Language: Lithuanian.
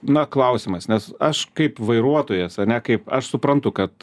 na klausimas nes aš kaip vairuotojas ane kaip aš suprantu kad